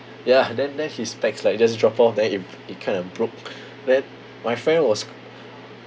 ya then then his specs like just drop off then it br~ it kind of broke then my friend was